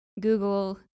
Google